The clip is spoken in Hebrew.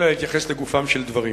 אלא להתייחס לגופם של דברים.